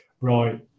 right